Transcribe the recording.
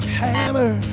hammer